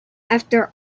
after